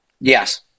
Yes